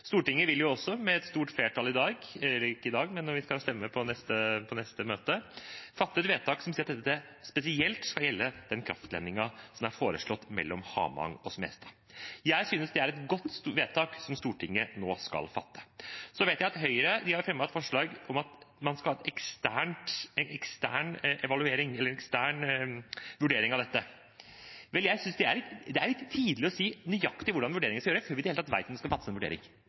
Stortinget vil også med et stort flertall i dag – eller ikke i dag, men når vi skal stemme på neste møte – fatte et vedtak som sier at dette spesielt skal gjelde den kraftledningen som er foreslått mellom Hamang og Smestad. Jeg synes det er et godt vedtak som Stortinget nå skal fatte. Så vet jeg at Høyre har fremmet et forslag om at man skal ha en ekstern vurdering av dette. Jeg synes det er litt tidlig å si nøyaktig hvordan vurderingen skal gjøres, før vi i det hele tatt vet om det skal gjøres en vurdering.